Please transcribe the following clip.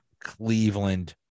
Cleveland